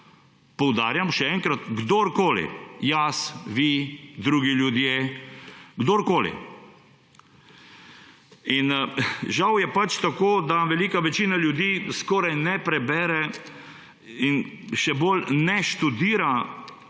Poudarjam še enkrat, kdorkoli, jaz, vi, drugi ljudje, kdorkoli. Žal je pač tako, da velika večina ljudi skoraj ne prebere in še manj študira tem,